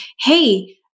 hey